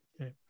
Okay